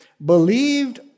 Believed